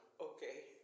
Okay